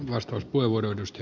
arvoisa puhemies